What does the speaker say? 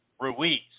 Ruiz